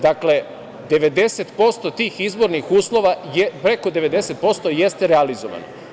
Dakle, 90% tih izbornih uslova je, preko 90% jeste realizovano.